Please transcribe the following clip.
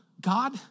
God